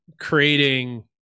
creating